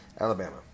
Alabama